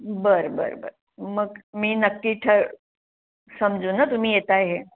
बरं बरं बरं मग मी नक्की ठर समजू ना तुम्ही येता हे